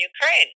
Ukraine